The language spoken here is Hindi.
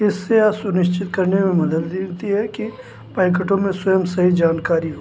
इससे यह सुनिश्चित करने में मदद मिलती है कि पैकेटों में स्वयं सही जानकारी हो